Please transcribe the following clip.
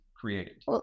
created